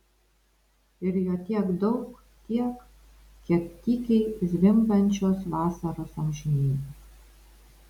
ir jo tiek daug tiek kiek tykiai zvimbiančios vasaros amžinybės